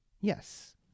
Yes